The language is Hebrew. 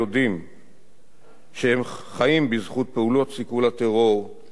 שהם חיים בזכות פעולות סיכול הטרור של גדעון ופקודיו.